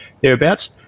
thereabouts